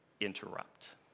interrupt